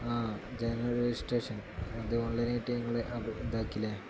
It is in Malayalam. ആ ജനറൽ രജിസ്ട്രേഷൻ അത് ഓൺലൈൻ ആയിട്ട് നിങ്ങൾ ഇതാക്കില്ലേ